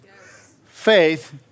Faith